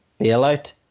bailout